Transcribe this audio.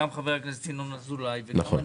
גם חבר הכנסת ינון אזולאי וגם אני.